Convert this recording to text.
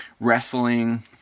wrestling